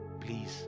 please